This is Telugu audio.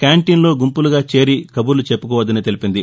క్యాంటీన్లో గుంపులుగా చేరి కబుర్లు చెప్పుకోవద్దని తెలిపింది